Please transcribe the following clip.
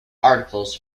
articles